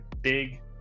big